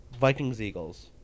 Vikings-Eagles